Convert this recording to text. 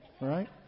Right